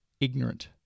Ignorant